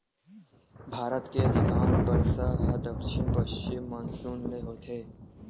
भारत के अधिकांस बरसा ह दक्छिन पस्चिम मानसून ले होथे